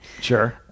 Sure